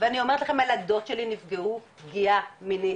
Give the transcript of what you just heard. ואני אומרת לכם הילדות שלי נפגעו פגיעה מינית